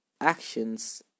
actions